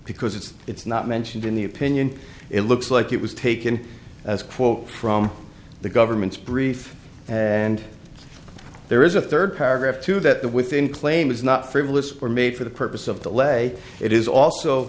because it's it's not mentioned in the opinion it looks like it was taken as quote from the government's brief and there is a third paragraph to that within claim is not frivolous were made for the purpose of the leg it is also